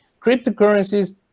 Cryptocurrencies